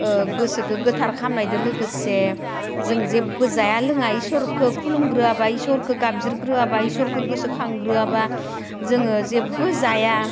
गोसोखो गोथार खामनायदो लोगोसे जों जेबो जाया लोङा इसोरखो खुलुमग्रोआब्ला इसोरखो गाबज्रिग्रोआब्ला इसोरखो गोसो खांग्रोआब्ला जोङो जेबो जाया